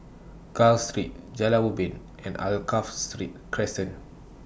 Gul Street Jalan Ubin and Alkaff Street Crescent